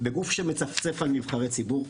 בגוף שמצפצף על נבחרי ציבור,